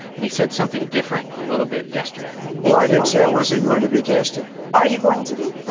and he said something different a little bit yesterday well, i didn't say i wasn't going to be tested are you going to be?